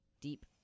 deep